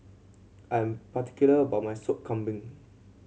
I'm particular about my Sop Kambing